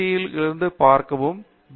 களிலிருந்து பார்க்கவும் பி